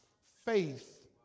faith